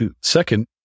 second